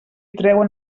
treuen